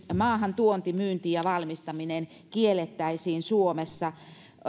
maahantuonti myynti ja valmistaminen kiellettäisiin suomessa